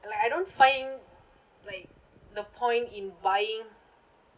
and like I don't find like the point in buying